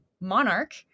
Monarch